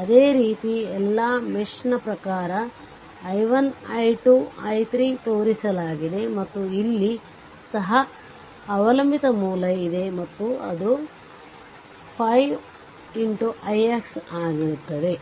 ಅದೇ ರೀತಿ ಎಲ್ಲಾ ಮೆಶ್ ನ ಪ್ರಕಾರ i1 i2 i3 ತೋರಿಸಲಾಗಿದೆ ಮತ್ತು ಇಲ್ಲಿ ಸಹ ಅವಲಂಬಿತ ಮೂಲ ಇದೆ ಮತ್ತು ಅದು 5 ix' ಆಗಿರುತ್ತದೆ